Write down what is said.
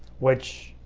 which,